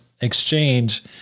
exchange